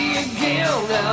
again